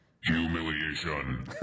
Humiliation